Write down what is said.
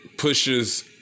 Pushes